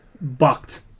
bucked